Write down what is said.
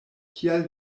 kial